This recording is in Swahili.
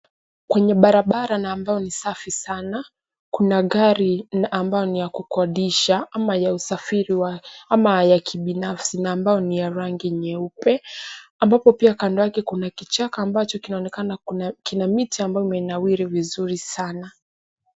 Kwenye barabara na ambayo ni safi sana, kuna gari na ambayo ni ya kukodisha ama ya usafiri wa, ama ya kibinafsi na ambayo ni ya rangi nyeupe. Ambapo pia kando yake kuna kichaka ambacho kinaonekana kuna, kina miti ambayo umenawiri vizuri sana.